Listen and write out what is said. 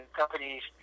companies